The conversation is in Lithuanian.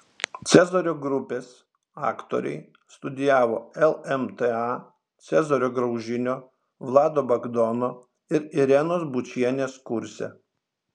cezario grupės aktoriai studijavo lmta cezario graužinio vlado bagdono ir irenos bučienės kurse